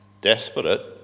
desperate